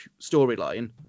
storyline